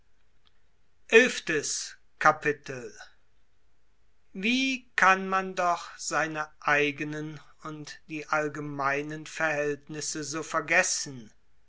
wie kann man doch seine eigenen und die allgemeinen verhältnisse so vergessen